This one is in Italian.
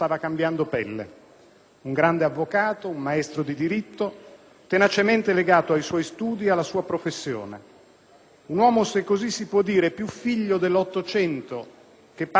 Un grande avvocato, un maestro di diritto, tenacemente legato ai suoi studi e alla sua professione. Un uomo, se così si può dire, più figlio dell'Ottocento che padre del Novecento,